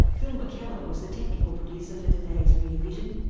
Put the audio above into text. phil mckellar was the technical producer for today's rear vision.